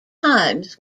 times